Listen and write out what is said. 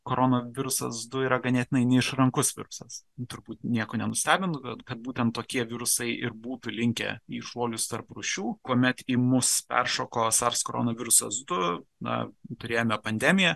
koronavirusas du yra ganėtinai neišrankus virusas turbūt nieko nenustebinu bet kad būtent tokie virusai ir būtų linkę į šuolius tarp rūšių kuomet į mūsų peršoko sars koronavirusas du na turėjome pandemiją